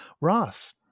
Ross